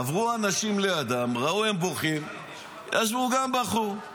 עברו אנשים לידם, ראו שהם בוכים, ישבו גם הם ובכו.